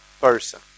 person